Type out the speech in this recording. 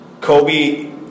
Kobe